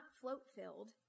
float-filled